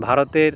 ভারতের